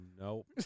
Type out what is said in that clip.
nope